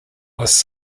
was